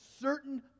certain